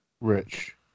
Rich